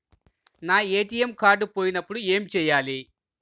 నా ATM card పోయినప్పుడు ఏమి చేయాలి?